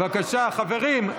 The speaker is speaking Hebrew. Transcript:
בבקשה, חברים.